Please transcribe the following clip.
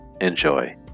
Enjoy